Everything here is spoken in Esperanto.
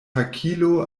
hakilo